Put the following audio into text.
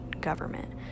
government